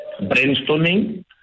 brainstorming